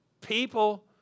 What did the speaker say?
people